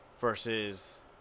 versus